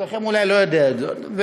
חלקכם אולי לא יודע את זאת.